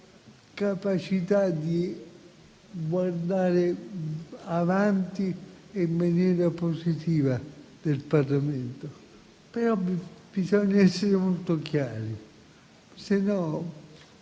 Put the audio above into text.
capacità di guardare avanti e in maniera positiva da parte del Parlamento. Però bisogna essere molto chiari,